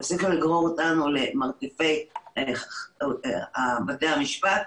תפסיקו לגרור אותנו למרתפי בתי המשפט,